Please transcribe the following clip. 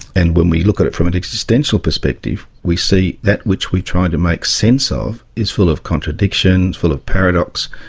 and when we look at it from an existential perspective we see that which we are trying to make sense of is full of contradictions, full of paradox,